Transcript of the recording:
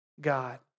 God